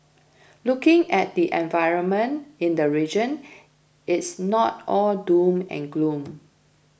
looking at the environment in the region it's not all doom and gloom